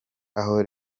aho